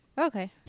okay